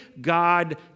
God